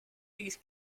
these